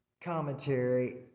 commentary